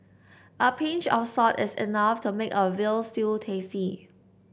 a pinch of salt is enough to make a veal stew tasty